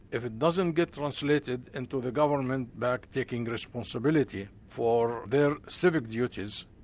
if it doesn't get translated into the government back taking responsibility for their civic duties,